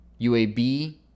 UAB